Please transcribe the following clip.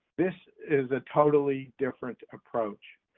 this is a totally different approach.